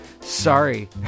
Sorry